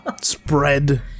spread